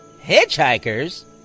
Hitchhikers